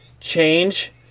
change